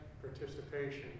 participation